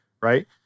right